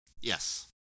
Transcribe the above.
Yes